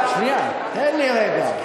שנייה, תן לי רגע.